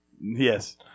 Yes